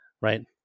right